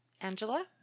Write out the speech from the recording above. Angela